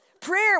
Prayer